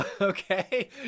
Okay